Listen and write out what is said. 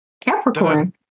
Capricorn